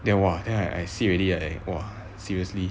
then !wah! then I I see already eh !wah! seriously